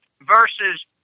versus